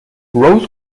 rose